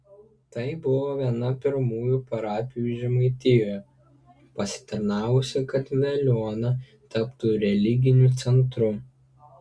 tai buvo viena pirmųjų parapijų žemaitijoje pasitarnavusi kad veliuona taptų religiniu centru